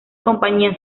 compañías